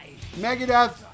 megadeth